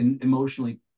emotionally